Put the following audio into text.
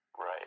Right